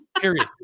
Period